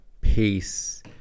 peace